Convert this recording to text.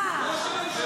הכנסת קריב?